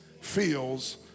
feels